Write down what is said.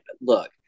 look